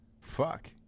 Fuck